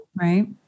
Right